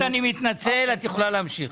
אורית אני מתנצל, יכולה להמשיך.